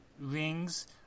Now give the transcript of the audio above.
rings